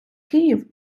київ